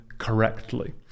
correctly